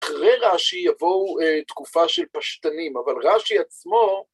אחרי רש"י יבואו תקופה של פשטנים, אבל רש"י עצמו...